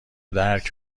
درک